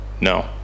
no